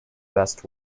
best